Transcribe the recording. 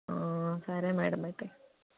సరే మేడం అయితే